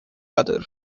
other